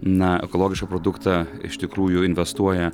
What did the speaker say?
na ekologišką produktą iš tikrųjų investuoja